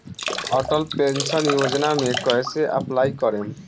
Atal pension योजना मे कैसे अप्लाई करेम?